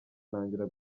ntangira